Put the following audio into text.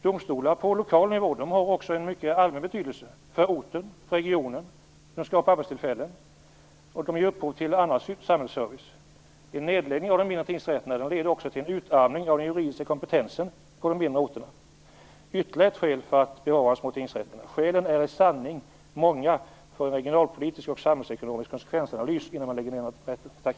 Domstolar på lokal nivå har också en mycket allmän betydelse för orten och regionen och för att skapa arbetstillfällen, och de ger upphov till annan samhällsservice. En nedläggning av de mindre tingsrätterna leder också till en utarmning av den juridiska kompetensen på de mindre orterna. Det är ytterligare ett skäl för att bevara de små tingsrätterna. Skälen är i sanning många för en regionalpolitisk och samhällsekonomisk samhällsanalys innan man lägger ned några tingsrätter.